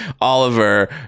Oliver